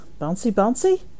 Bouncy-bouncy